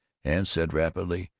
and said rapidly,